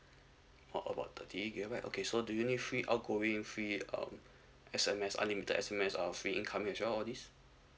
oh about thirty gigabyte okay so do you need free outgoing free um S_M_S unlimited S_M_S uh free income as well all this